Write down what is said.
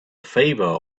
favor